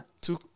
two